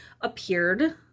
appeared